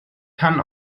kann